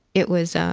it was